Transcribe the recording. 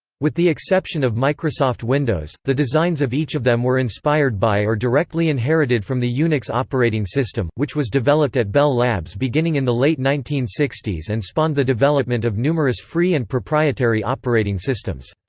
with the exception of microsoft windows, the designs of each of them were inspired by or directly inherited from the unix operating system, which was developed at bell labs beginning in the late nineteen sixty s and spawned the development of numerous free and proprietary operating systems.